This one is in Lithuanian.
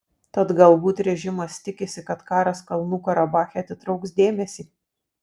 tad galbūt režimas tikisi kad karas kalnų karabache atitrauks dėmesį